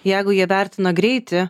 jeigu jie vertina greitį